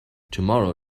tomorrow